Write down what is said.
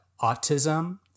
autism